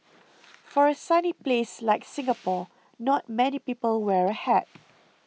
for a sunny place like Singapore not many people wear a hat